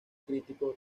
crítico